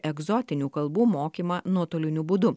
egzotinių kalbų mokymą nuotoliniu būdu